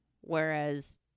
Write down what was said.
Whereas